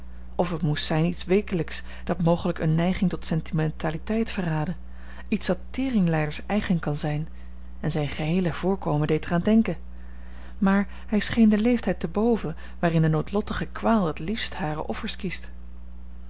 of het moest zijn iets weekelijks dat mogelijk eene neiging tot sentimentaliteit verraadde iets dat teringlijders eigen kan zijn en zijn geheele voorkomen deed er aan denken maar hij scheen den leeftijd te boven waarin de noodlottige kwaal het liefst hare offers kiest